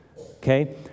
okay